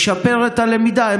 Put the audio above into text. לשפר את הלמידה.